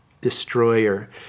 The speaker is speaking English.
destroyer